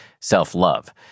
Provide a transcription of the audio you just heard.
self-love